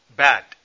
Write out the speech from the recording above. bad